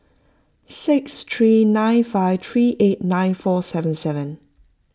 six three nine five three eight nine four seven seven